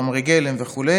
חומרי גלם וכו'.